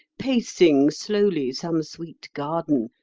pacing slowly some sweet garden?